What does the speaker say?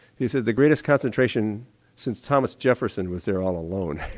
he said the greatest concentration since thomas jefferson was there all alone,